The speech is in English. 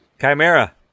Chimera